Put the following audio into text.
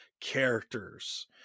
characters